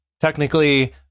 Technically